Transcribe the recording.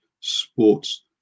Sports